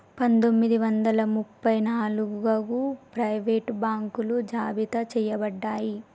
పందొమ్మిది వందల ముప్ప నాలుగగు ప్రైవేట్ బాంకులు జాబితా చెయ్యబడ్డాయి